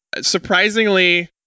surprisingly